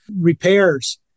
Repairs